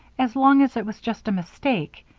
as long as it was just a mistake.